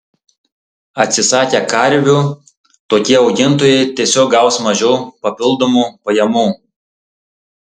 atsisakę karvių tokie augintojai tiesiog gaus mažiau papildomų pajamų